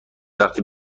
وقتی